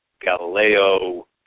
Galileo